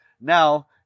Now